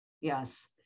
Yes